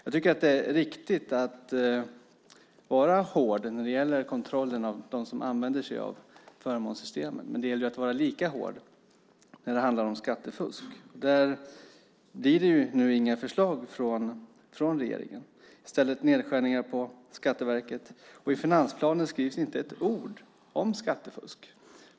Jag tycker att det är riktigt att vara hård när det gäller kontrollen av dem som använder sig av förmånssystemen. Men det gäller att vara lika hård när det handlar om skattefusk. Där blir det nu inga förslag från regeringen. I stället blir det nedskärningar på Skatteverket, och i finansplanen skrivs inte ett ord om skattefusk.